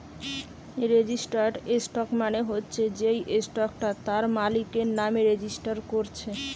registered stock মানে হচ্ছে যেই স্টকটা তার মালিকের নামে রেজিস্টার কোরছে